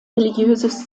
religiöses